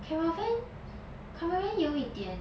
caravan caravan 有一点